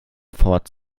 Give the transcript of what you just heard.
fort